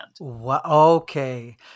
Okay